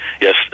Yes